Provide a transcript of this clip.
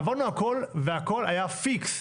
עברנו הכול והכול היה פיקס.